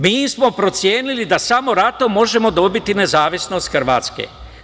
Mi smo procenili da samo ratom možemo dobiti nezavisnost Hrvatske.